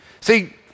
See